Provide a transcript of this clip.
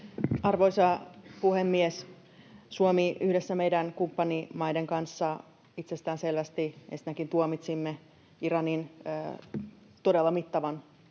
Arvoisa puhemies! Suomi yhdessä meidän kumppanimaiden kanssa itsestäänselvästi ensinnäkin tuomitsi Iranin todella mittavan